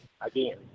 again